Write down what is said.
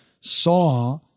saw